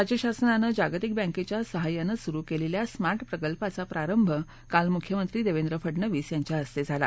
राज्य शासनानं जागतिक बँकेच्या सहाय्यानं सुरु केलेल्या स्मार्ट प्रकल्पाचा प्रारंभ काल मृख्यमंत्री देवेंद्र फडनवीस यांच्या हस्ते झाला